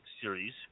series